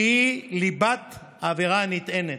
שהיא ליבת העבירה הנטענת.